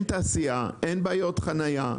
ובלילה אין תעשייה, אין בעיות חניה.